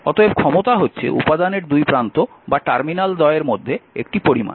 অতএব ক্ষমতা হচ্ছে উপাদানের দুই প্রান্ত বা টার্মিনাল দ্বয়ের মধ্যে একটি পরিমাণ